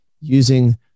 using